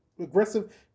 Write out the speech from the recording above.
aggressive